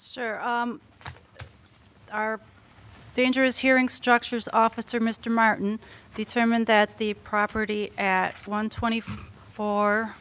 osman are dangerous hearing structures officer mr martin determined that the property at one twenty fo